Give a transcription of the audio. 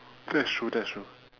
that is true that is true